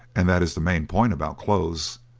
and that is the main point about clothes.